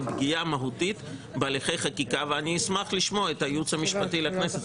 פגיעה מהותית בהליכי חקיקה ואני אשמח לשמוע את הייעוץ המשפטי לכנסת.